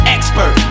Expert